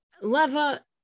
Leva